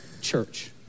church